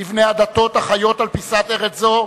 לבני הדתות החיות על פיסת ארץ זו,